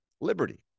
liberty